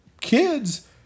kids